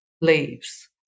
leaves